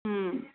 ओम